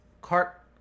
cart